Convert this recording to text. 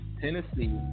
Tennessee